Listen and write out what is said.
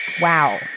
Wow